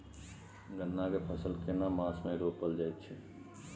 गन्ना के फसल केना मास मे रोपल जायत छै?